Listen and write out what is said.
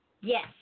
Yes